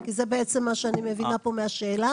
כי זה בעצם מה שאני מבינה פה מהשאלה.